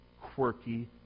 quirky